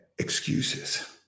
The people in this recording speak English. excuses